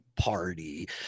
party